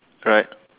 correct